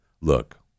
look